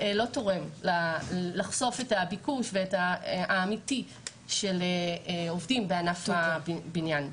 לחשוף את הביקוש האמיתי של עובדים בענף הבניין.